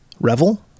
revel